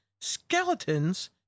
skeletons